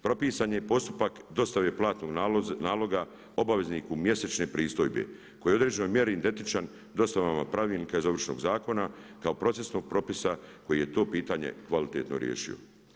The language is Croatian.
Propisan je postupak dostave platnog naloga obavezniku mjesečne pristojbe koji je u određenoj mjeri identičan dostavama pravilnika iz Ovršnog zakona kao procesnog propisa koji je to pitanje kvalitetno riješio.